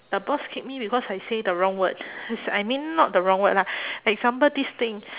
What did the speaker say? the boss kick me because I say the wrong word is I mean not the wrong word lah example this thing